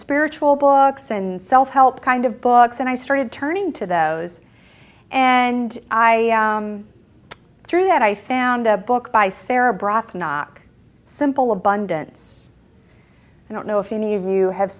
spiritual books and self help kind of books and i started turning to those and i through that i found a book by sarah broth knock simple abundance i don't know if any of you have